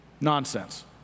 Nonsense